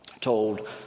told